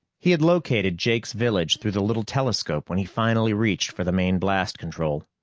he had located jake's village through the little telescope when he finally reached for the main blast control.